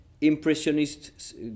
impressionist